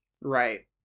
Right